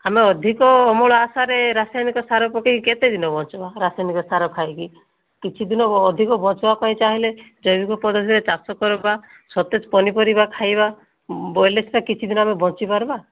ଆମେ ଅଧିକ ଅମଳ ଆଶାରେ ରାସାୟନିକ ସାର ପକେଇକି କେତେ ଦିନ ବଞ୍ଚିବା ରାସାୟନିକ ସାର ଖାଇକି କିଛି ଦିନ ଅଧିକ ବଞ୍ଚିବା ପାଇଁ ଚାହିଁଲେ ଜୈବିକ ପଦ୍ଧତିରେ ଚାଷ କରିବା ସତେଜ ପନିପରିବା ଖାଇବା ବୋଇଲେ ସିନା କିଛି ଦିନ ଆମେ ବଞ୍ଚିପାରିବା